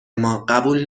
ما، قبول